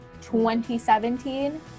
2017